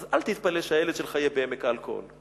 אז אל תתפלא שהילד שלך יהיה בעמק האלכוהול.